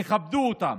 תכבדו אותם.